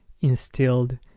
instilled